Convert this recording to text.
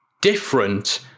different